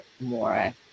more